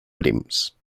prims